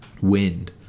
wind